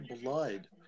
blood